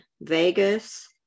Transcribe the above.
Vegas